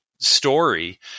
story